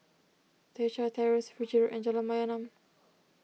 Teck Chye Terrace Fiji Road and Jalan Mayaanam